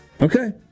Okay